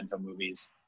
movies